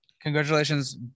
Congratulations